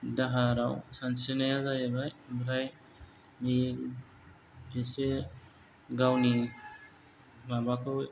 दाहाराव सानस्रिनाया जाहैबाय ओमफ्राय एसे गावनि माबाखौ